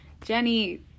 Jenny